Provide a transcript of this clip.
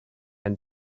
and